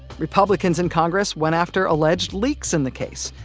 republicans in congress went after alleged leaks in the case.